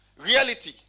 reality